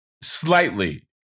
slightly